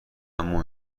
اما